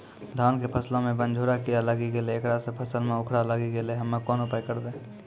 धान के फसलो मे बनझोरा कीड़ा लागी गैलै ऐकरा से फसल मे उखरा लागी गैलै हम्मे कोन उपाय करबै?